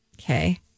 Okay